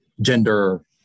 gender